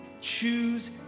Choose